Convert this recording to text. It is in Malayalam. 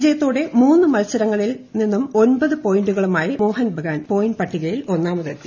വിജയത്തോടെ ് മൂന്ന് മത്സരങ്ങളിൽ നിന്നും ഒൻപത് പോയിന്റുകളുമായി മ്മോഹ്ൻ ബഗാൻ പോയിന്റ് പട്ടികയിൽ ഒന്നാമതെത്തി